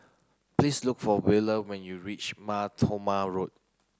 please look for Wheeler when you reach Mar Thoma Road